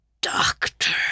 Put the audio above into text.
Doctor